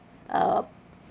uh